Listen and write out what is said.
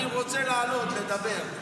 אני רוצה לעלות לדבר.